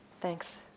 thanks